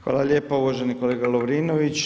Hvala lijepa uvaženi kolega Lovrinović.